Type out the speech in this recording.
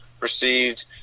received